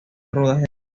rodaje